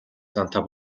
зантай